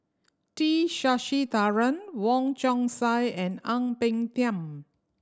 T Sasitharan Wong Chong Sai and Ang Peng Tiam